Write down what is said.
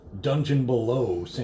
dungeon-below